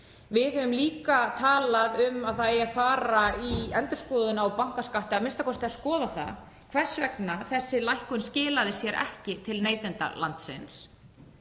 Við höfum líka talað um að það eigi að fara í endurskoðun á bankaskatti, a.m.k. að skoða það hvers vegna þessi lækkun skilaði sér ekki til neytenda landsins.